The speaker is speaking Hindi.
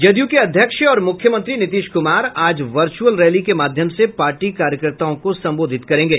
जदयू के अध्यक्ष और मूख्यमंत्री नीतीश कुमार आज वर्च्अल रैली के माध्यम से पार्टी कार्यकर्ताओं को संबोधित करेंगे